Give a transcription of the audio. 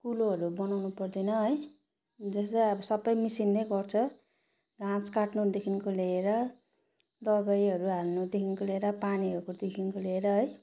कुलोहरू बनाउनु पर्दैन है जस्तै अब सबै मिसिनले गर्छ घाँस काटनुदेखिको लिएर दबाईहरू हाल्नुदेखिको लिएर पानीहरूको देखिको लिएर है